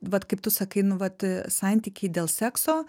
vat kaip tu sakai nu vat santykiai dėl sekso